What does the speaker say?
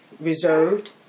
reserved